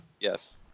Yes